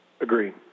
Agree